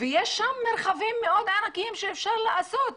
יש מרחבים ענקיים שאפשר לעשות בהם.